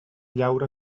llaura